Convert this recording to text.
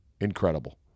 Incredible